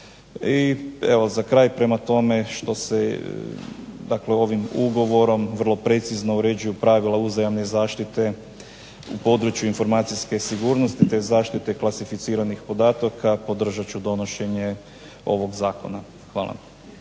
za kraj, prema tome što se, dakle ovim Ugovorom vrlo precizno uređuju pravila uzajamne zaštite u području informacijske sigurnosti te zaštite klasificiranih podataka podržat ću donošenje ovog zakona. Hvala.